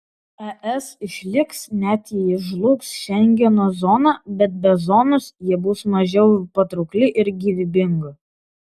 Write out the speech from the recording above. es išliks net jei žlugs šengeno zona bet be zonos ji bus mažiau patraukli ir gyvybinga